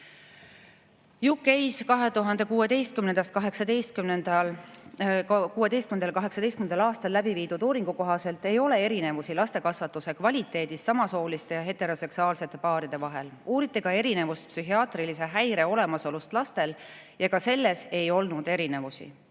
2016. ja 2018. aastal läbi viidud uuringu kohaselt ei ole erinevusi lastekasvatuse kvaliteedis samasooliste ja heteroseksuaalsete paaride vahel. Uuriti ka psühhiaatrilise häire olemasolu [võimalikku] erinevust lastel ja ka selles ei olnud erinevusi.